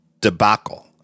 debacle